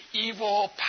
evil